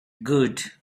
good